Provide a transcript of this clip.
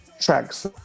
tracks